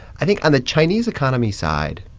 i think on the chinese economy side,